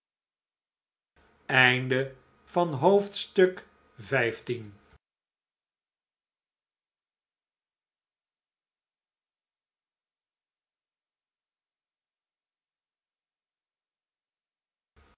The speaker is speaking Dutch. tuin van het